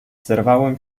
zerwałem